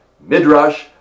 Midrash